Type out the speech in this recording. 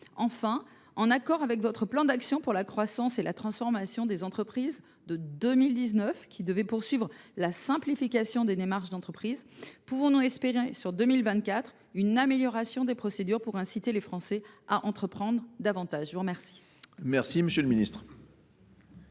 2024 ? En accord avec votre plan d’action pour la croissance et la transformation des entreprises de 2019, qui devait poursuivre la simplification des démarches d’entreprises, pouvons nous espérer pour 2024 une amélioration des procédures afin d’inciter les Français à entreprendre davantage ? La parole est à M. le ministre